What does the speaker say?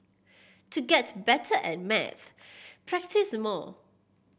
to get better at maths practise more